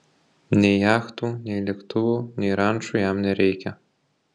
nei jachtų nei lėktuvų nei rančų jam nereikia